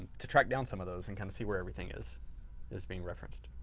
to track down some of those and kind of see where everything is is being referenced.